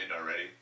already